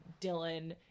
Dylan